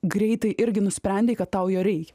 greitai irgi nusprendei kad tau jo reikia